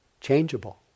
changeable